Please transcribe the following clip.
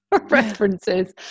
references